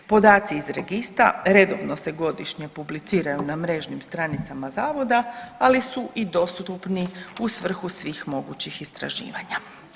Podaci iz registra redovno se godišnje publiciraju na mrežnim stranicama zavoda, ali su i dostupni u svrhu svih mogućih istraživanja.